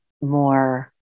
more